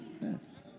Yes